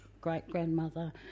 great-grandmother